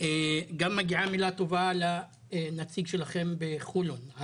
גם מגיעה מילה טובה לנציג שלכם בחולון.